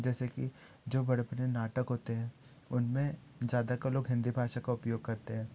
जैसे कि जो बड़े बड़े नाटक होते हैं उनमें ज़्यादातर लोग हिन्दी भाषा का उपयोग करते हैं